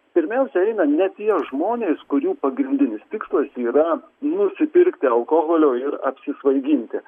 pirmiausiai eina ne tie žmonės kurių pagrindinis tikslas yra nusipirkti alkoholio ir apsisvaiginti